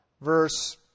verse